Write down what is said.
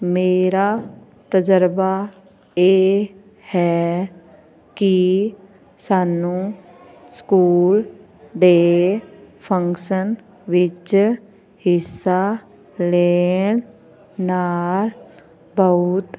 ਮੇਰਾ ਤਜਰਬਾ ਇਹ ਹੈ ਕਿ ਸਾਨੂੰ ਸਕੂਲ ਦੇ ਫੰਕਸ਼ਨ ਵਿੱਚ ਹਿੱਸਾ ਲੈਣ ਨਾਲ ਬਹੁਤ